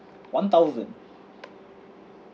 one thousand